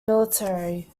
military